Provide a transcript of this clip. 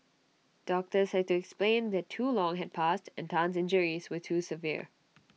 doctors had to explain that too long had passed and Tan's injuries were too severe